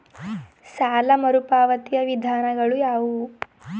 ಸಾಲ ಮರುಪಾವತಿಯ ವಿಧಾನಗಳು ಯಾವುವು?